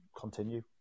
continue